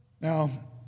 Now